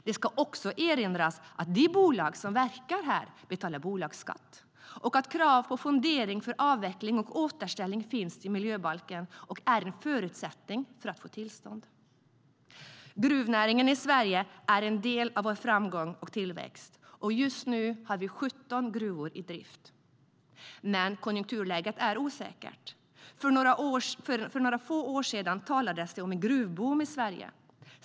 Det ska dessutom erinras att de bolag som verkar här betalar bolagsskatt och att krav på fondering för avveckling och återställning finns i miljöbalken och är en förutsättning för att få tillstånd. Gruvnäringen i Sverige är en del av vår framgång och tillväxt, och just nu har vi 17 gruvor i drift. Men konjunkturläget är osäkert. För några få år sedan talades det om en gruvboom i Sverige.